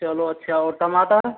चलो अच्छा और टमाटर